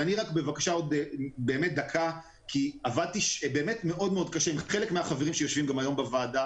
עוד דקה כי עבדתי מאוד מאוד קשה עם חלק מהחברים שיושבים היום בוועדה